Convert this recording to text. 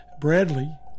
Bradley